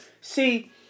See